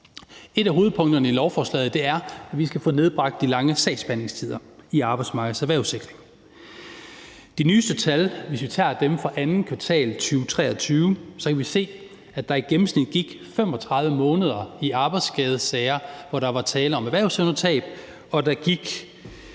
Et af hovedpunkterne i lovforslaget er, at vi skal få nedbragt de lange sagsbehandlingstider i Arbejdsmarkedets Erhvervssikring. Ud fra de nyeste tal, hvis vi tager dem fra andet kvartal 2023, kan vi se, at der i gennemsnit gik 35 måneder i arbejdsskadesager, hvor der var tale om erhvervsevnetab, og at der gik